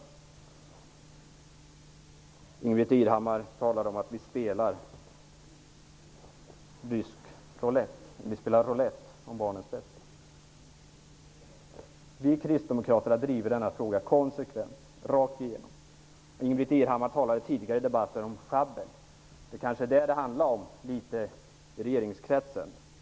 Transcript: Ingbritt Irhammar talar om att vi spelar roulett om barnens bästa, Vi kristdemokrater har drivit denna fråga konsekvent rakt igenom. Ingbritt Irhammar talade tidigare i debatten om sjabbel. Det är kanske det det handlar om i regeringskretsen.